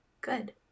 Good